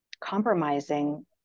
compromising